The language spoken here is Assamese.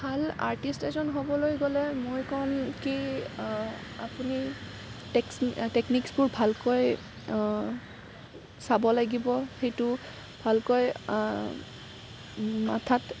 ভাল আৰ্টিষ্ট এজন হ'বলৈ গ'লে মই ক'ম কি আপুনি টেকছ টেকনিকছবোৰ ভালকৈ চাব লাগিব সেইটো ভালকৈ মাথাত